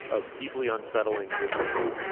of deeply unsettling disorder.